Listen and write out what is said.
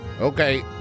Okay